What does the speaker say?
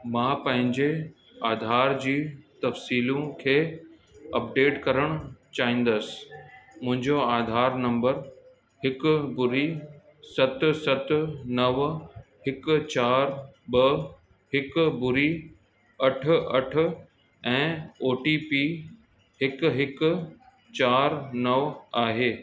मां पंहिंजे आधार जी तफसीलूं खे अपडेट करण चाइंदसि मुंहिंजो आधार नम्बर हिक ॿुड़ी सत सत नव हिक चारि ॿ हिक ॿुड़ी अठ अठ ऐं ओ टी पी हिक हिक चारि नव आहे